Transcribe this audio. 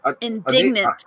Indignant